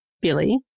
Billy